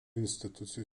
institucijų